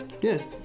yes